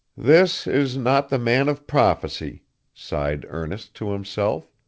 this is not the man of prophecy sighed ernest to himself,